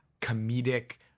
comedic